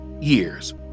years